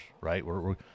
right